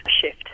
shift